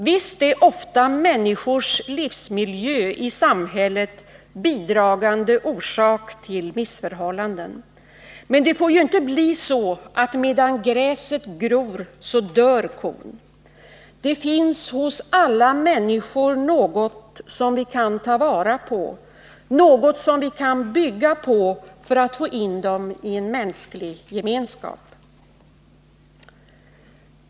Visst är ofta människors livsmiljö i samhället bidragande orsak till missförhållanden, men det får ju inte bli så att, som det heter, ”medan gräset gror, dör kon”. Det finns hos alla människor något som vi kan ta vara på, något som vi kan bygga på för att få in dem i en mänsklig gemenskap.